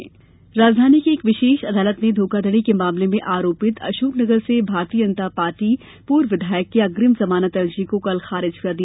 जमानत खारिज राजधानी की एक विशेष अदालत ने धोखाधड़ी मामले में आरोपित अशोकनगर से भारतीय जनता पार्टी पूर्व विधायक की अग्रिम जमानत अर्जी को कल खारिज कर दिया